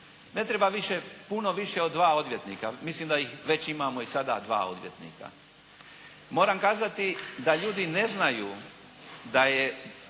Ne treba puno više od dva odvjetnika. Mislim da ih već imamo i sada dva odvjetnika. Moram kazati da ljudi ne znaju da je